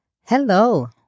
Hello